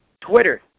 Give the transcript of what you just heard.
Twitter